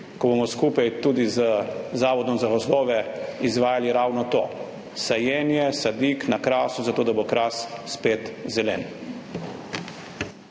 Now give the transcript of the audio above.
ko bomo skupaj z Zavodom za gozdove izvajali ravno to sajenje sadik na Krasu, zato da bo Kras spet zelen.